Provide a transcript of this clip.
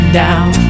down